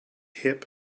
hip